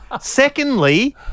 Secondly